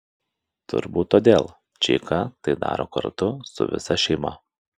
turbūt todėl čeika tai daro kartu su visa šeima